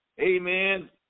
amen